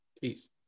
Peace